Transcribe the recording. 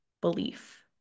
belief